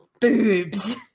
boobs